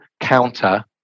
counter